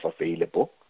available